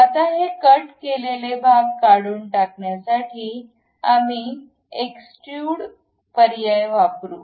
आता हे कट केलेले भाग काढून टाकण्यासाठी आम्ही एक्सट्रूट पर्याय वापरू